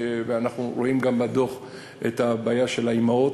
ואנחנו רואים גם בדוח את הבעיה של האימהות.